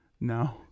no